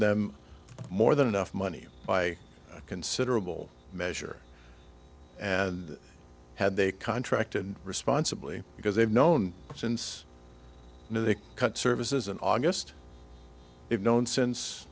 them more than enough money by a considerable measure and had they contracted responsibly because they've known since they cut services in august if known since